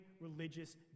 religious